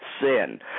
sin